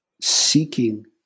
seeking